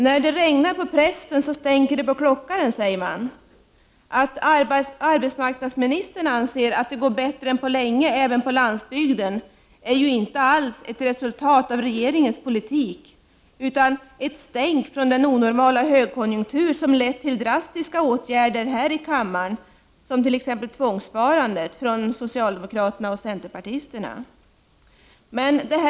När det regnar på prästen stänker det på klockaren, säger man. Att det, som arbetsmarknadsministern säger, går bättre än på länge även på landsbygden är inte alls ett resultat av regeringens politik utan ett stänk från den onormala högkonjunktur som lett till drastiska åtgärder här i kammaren — t.ex. tvångssparandet, som socialdemokraterna och centerpartisterna har beslutat om.